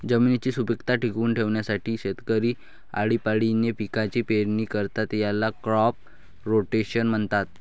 जमिनीची सुपीकता टिकवून ठेवण्यासाठी शेतकरी आळीपाळीने पिकांची पेरणी करतात, याला क्रॉप रोटेशन म्हणतात